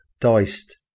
diced